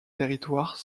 territoires